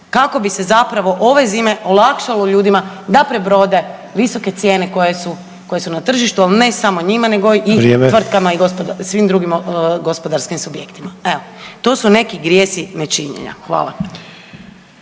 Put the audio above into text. kako bi se zapravo ove zime olakšalo ljudima da prebrode visoke cijene koje su, koje su na tržištu, al ne samo njima …/Upadica: Vrijeme/…nego i tvrtkama i svim drugim gospodarskim subjektima. Evo, to su neki grijesi nečinjenja. Hvala.